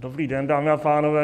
Dobrý den, dámy a pánové.